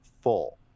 full